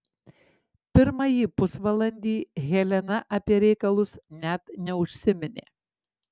pirmąjį pusvalandį helena apie reikalus net neužsiminė